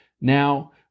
Now